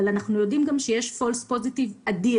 אבל אנחנו יודעים גם שיש false positive אדיר,